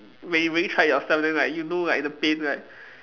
when you really try it yourself then like you know like the pain like